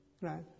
right